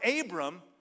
Abram